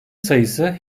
sayısı